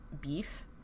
Beef